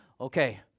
okay